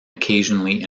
occasionally